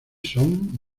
son